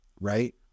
right